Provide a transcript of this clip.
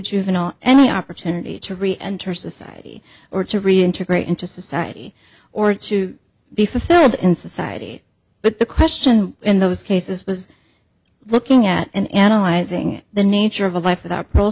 juvenile and the opportunity to re enter society or to reintegrate into society or to be fulfilled in society but the question in those cases was looking at and analyzing the nature of a life without par